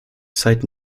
zeit